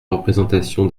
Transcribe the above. représentation